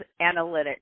analytics